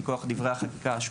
מכוח דברי החקיקה,